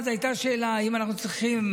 אז הייתה שאלה אם אנחנו צריכים,